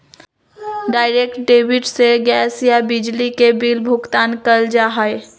direct debit से gas या बिजली के बिल भुगतान कइल जा हई